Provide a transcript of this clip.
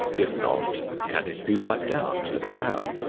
if not, can it be wiped out and how?